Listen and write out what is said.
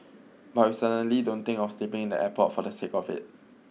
but we certainly don't think of sleeping in the airport for the sake of it